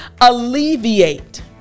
alleviate